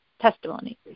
testimony